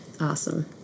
awesome